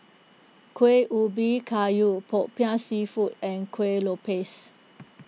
Kuih Ubi Kayu Popiah Seafood and Kueh Lopes